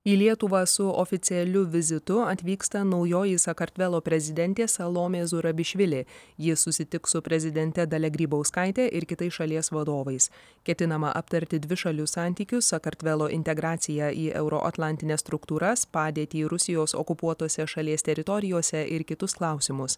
į lietuvą su oficialiu vizitu atvyksta naujoji sakartvelo prezidentė salomė zurabišvili ji susitiks su prezidente dalia grybauskaite ir kitais šalies vadovais ketinama aptarti dvišalius santykius sakartvelo integraciją į euroatlantines struktūras padėtį rusijos okupuotose šalies teritorijose ir kitus klausimus